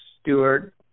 Stewart